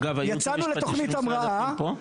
אגב, הייעוץ המשפטי של משרד הפנים פה?